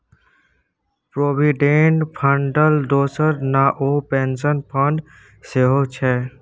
provident फंडक दोसर नाओ पेंशन फंड सेहौ छै